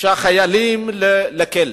החיילים לכלא.